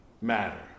matter